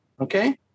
Okay